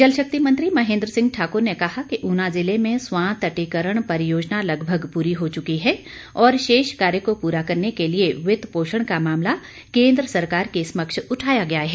जल शक्ति मंत्री महेन्द्र सिंह ठाकुर ने कहा कि ऊना ज़िले में स्वां तटीकरण परियोजना लगभग पूरी हो चुकी है और शेष कार्य को पूरा करने के लिए वित्त पोषण का मामला केन्द्र सरकार के समक्ष उठाया गया है